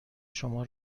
شما